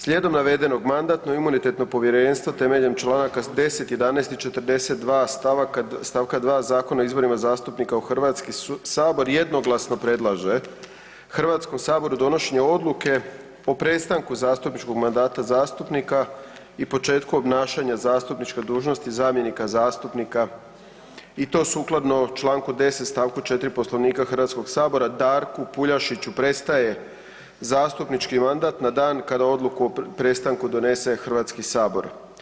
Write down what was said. Slijedom navedenog, Mandatno-imunitetno povjerenstvo temeljem članaka 10., 11. i 42. stavka 2. Zakona o izborima zastupnika u Hrvatski sabor jednoglasno predlaže Hrvatskom saboru donošenje Odluke o prestanku zastupničkog mandata zastupnika i početku obnašanja zastupničke dužnosti zamjenika zastupnika i to sukladno članku 10. stavku 4. Poslovnika Hrvatskoga sabora Darku Puljašiću prestaje zastupnički mandat na dan kada odluku o prestanku donese Hrvatski Sabor.